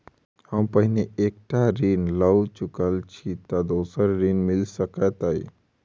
हम पहिने एक टा ऋण लअ चुकल छी तऽ दोसर ऋण मिल सकैत अई?